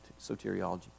soteriology